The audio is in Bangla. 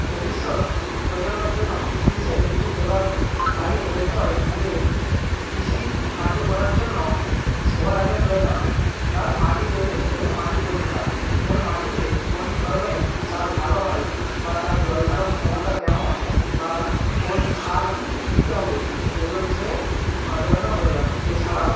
ভবিষ্যত পজন্মের জন্য কৃষি বিষয়ে কিছু বলার আগে বলতে হয় যে কৃষিকার্য করার জন্য সবার আগে প্রয়োজন তার মাটি তৈরি এবং মাটি পরীক্ষা কোন মাটিতে কোন ধরণের চাষ ভালো হয় বা তার জলধারণ ক্ষমতা কেমন বা কোন সার দিতে হবে এগুলো বিষয়ে নজর রাখা প্রয়োজন এছাড়াও